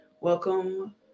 Welcome